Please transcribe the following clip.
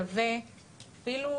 אי אפשר להכחיש אותו,